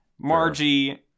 margie